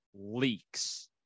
leaks